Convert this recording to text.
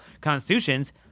constitutions